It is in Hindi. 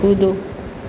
कूदो